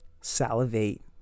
salivate